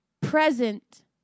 present